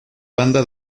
banda